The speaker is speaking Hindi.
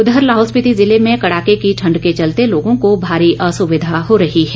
उधर लाहौल स्पीति ज़िले में कड़ाके की ठण्ड के चलते लोगों को भारी असुविधा हो रही है